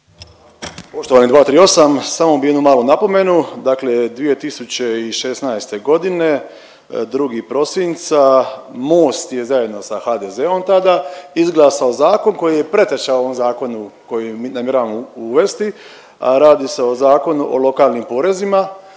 Poštovani 238., samo bi jednu malu napomenu. Dakle, 2016.g. 2. prosinca Most je zajedno sa HDZ-om tada izglasao zakon koji je preteča ovom zakonu koji namjeravamo uvesti, a radi se o Zakonu o lokalnim porezima.